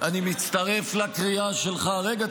אני מצטרף לקריאה שלך ------ רגע,